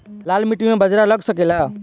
लाल माटी मे बाजरा लग सकेला?